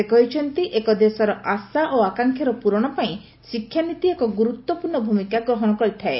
ସେ କହିଛନ୍ତି ଏକ ଦେଶର ଆଶା ଓ ଆକାଂକ୍ଷାର ପୂରଣ ପାଇଁ ଶିକ୍ଷାନୀତି ଏକ ଗୁରୁତ୍ୱପୂର୍ଣ୍ଣ ଭୂମିକା ଗ୍ରହଣ କରିଥାଏ